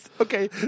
Okay